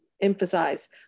emphasize